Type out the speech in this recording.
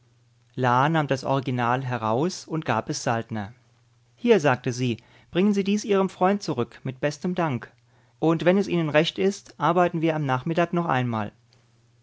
nahm das original heraus und gab es saltner hier sagte sie bringen sie dies ihrem freund zurück mit bestem dank und wenn es ihnen recht ist arbeiten wir am nachmittag noch einmal